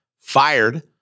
fired